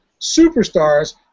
superstars